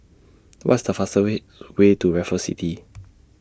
What's The fastest Way Way to Raffles City